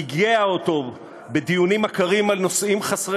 ייגע אותו בדיונים עקרים על נושאים חסרי